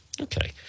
Okay